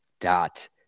dot